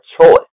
choice